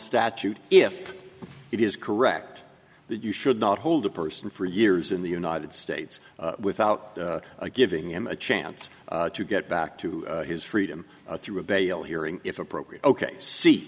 statute if it is correct that you should not hold a person for years in the united states without giving him a chance to get back to his freedom through a bail hearing if appropriate ok see